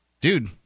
dude